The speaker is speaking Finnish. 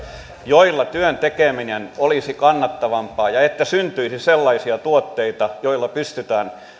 joilla työn tekeminen olisi kannattavampaa ja että syntyisi sellaisia tuotteita joita pystytään